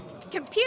computer